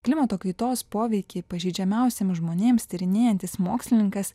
klimato kaitos poveikį pažeidžiamiausiems žmonėms tyrinėjantis mokslininkas